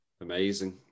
Amazing